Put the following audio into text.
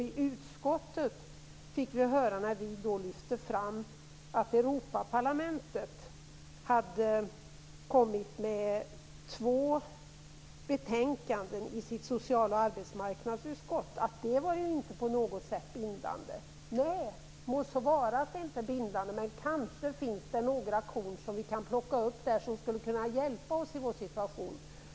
I utskottet fick vi höra att Europaparlamentet i två betänkanden från sitt social och arbetsmarknadsutskott sagt att detta inte var bindande. Nej, må så vara att det inte är bindande, men kanske finns det några korn som vi plocka upp och som skulle kunna hjälpa oss i vår situation.